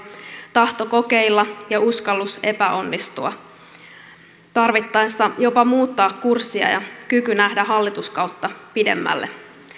tahto kokeilla uskallus epäonnistua ja tarvittaessa jopa muuttaa kurssia sekä kyky nähdä hallituskautta pidemmälle